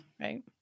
right